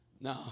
No